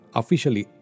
officially